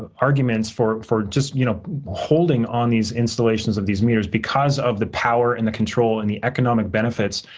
ah arguments for for just you know holding on these installations of these meters because of the power, and the control, and the economic benefits,